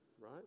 right